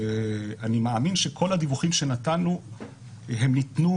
אני מאמין שכל הדיווחים שנתנו ניתנו